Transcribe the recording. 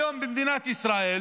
היום במדינת ישראל